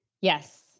Yes